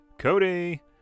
Cody